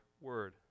word